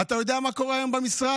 אתה יודע מה קורה היום במשרד?